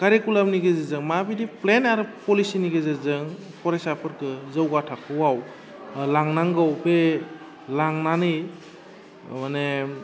कारिकुलामनि गेजेरजों माबायदि प्लेन आरो पलिसिनि गेजेरजों फरायसाफोरखौ जौगा थाखोआव लांनांगौ बे लांनानै माने